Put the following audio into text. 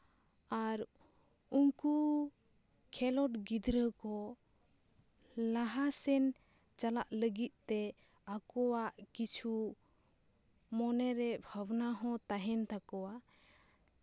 ᱟᱨ ᱩᱱᱠᱩ ᱠᱷᱮᱞᱳᱰ ᱜᱤᱫᱽᱨᱟᱹ ᱠᱚ ᱞᱟᱦᱟ ᱥᱮᱱ ᱪᱟᱞᱟᱜ ᱞᱟᱹᱜᱤᱫ ᱛᱮ ᱟᱠᱚᱣᱟᱜ ᱠᱤᱪᱷᱩ ᱢᱚᱱᱮᱨᱮ ᱵᱷᱟᱵᱱᱟ ᱦᱚᱸ ᱛᱟᱦᱮᱱ ᱛᱟᱦᱮᱱ ᱛᱟᱠᱚᱣᱟ